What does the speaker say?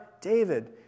David